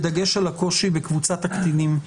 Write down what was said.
בדגש על הקושי בקבוצת הקטינים.